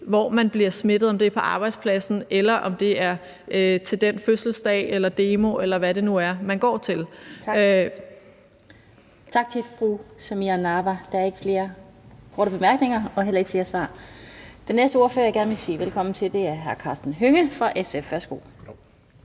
hvor man bliver smittet, om det er på arbejdspladsen, eller om det er ved en fødselsdag, ved en demo, eller hvad det nu er, man går til. Kl. 18:08 Den fg. formand (Annette Lind): Tak til fru Samira Nawa. Der er ikke flere korte bemærkninger og heller ikke flere svar. Den næste ordfører, jeg gerne vil sige velkommen til, er hr. Karsten Hønge fra SF. Værsgo.